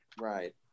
Right